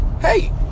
Hey